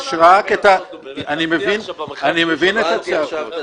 אני מבין את הצעקות.